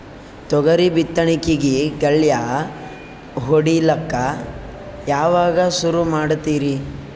ತೊಗರಿ ಬಿತ್ತಣಿಕಿಗಿ ಗಳ್ಯಾ ಹೋಡಿಲಕ್ಕ ಯಾವಾಗ ಸುರು ಮಾಡತೀರಿ?